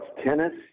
tennis